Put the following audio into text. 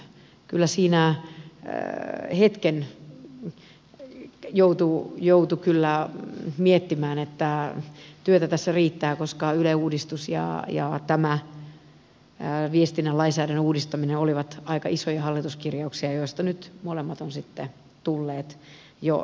kyllä siinä hetken joutui miettimään että työtä tässä riittää koska yle uudistus ja tämä viestinnän lainsäädännön uudistaminen olivat aika isoja hallituskirjauksia joista nyt molemmat ovat tulleet jo näin pitkälle